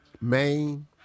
Maine